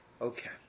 Okay